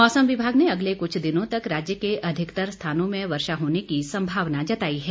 मौसम विभाग ने अगले कुछ दिनों तक राज्य के अधिकतर स्थानों में वर्षा होने की सम्भावना जताई है